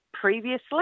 previously